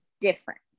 different